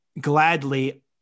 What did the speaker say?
gladly